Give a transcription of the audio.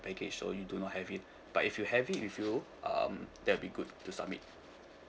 baggage so you do not have it but if you have it with you um that will be good to submit